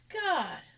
God